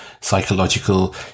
psychological